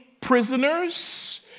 prisoners